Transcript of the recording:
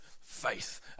faith